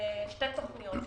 שתי תוכניות,